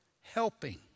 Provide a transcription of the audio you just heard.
helping